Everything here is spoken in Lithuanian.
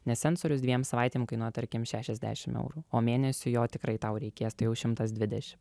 nes sensorius dviem savaitėm nuo tarkim šešiasdešimt eurų o mėnesiui jo tikrai tau reikės tai jau šimtas dvidešimt